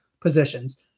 positions